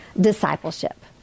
Discipleship